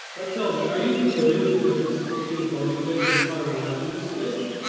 but tell me, are you familiar with the differences between bony fish and cartilaginous fish?